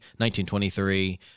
1923